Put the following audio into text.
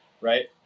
right